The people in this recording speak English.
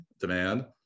demand